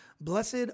Blessed